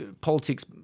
politics